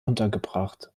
untergebracht